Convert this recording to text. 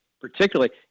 particularly